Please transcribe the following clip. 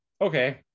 okay